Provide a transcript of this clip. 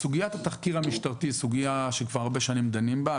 סוגיית התחקיר המשטרתי היא סוגיה שכבר הרבה שנים דנים בה.